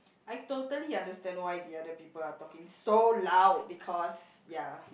I totally understand why the other people are talking so loud because ya